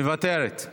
מוותרת.